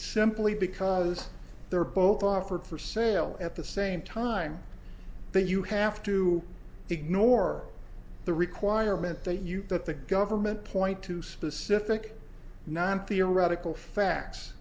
simply because they're both offered for sale at the same time that you have to ignore the requirement that you that the government point to specific non theoretical facts